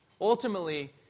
ultimately